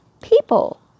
people